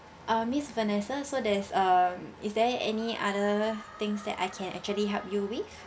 uh ms vanessa so there's a is there any other things that I can actually help you with